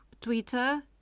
Twitter